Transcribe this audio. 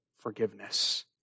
forgiveness